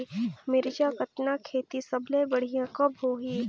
मिरचा कतना खेती सबले बढ़िया कब होही?